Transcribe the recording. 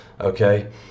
okay